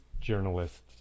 journalists